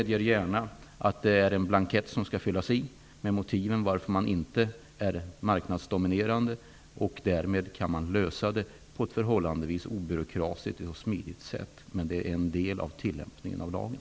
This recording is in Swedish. Det är en blankett som skall fyllas i med argumenten för att man inte är att anse som marknadsdominerande. Därmed kan man klara det på ett förhållandevis obyråkratiskt och smidigt sätt. Men det är ändå en del av tillämpningen av lagen.